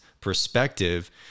perspective